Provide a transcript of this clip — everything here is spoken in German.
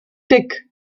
dick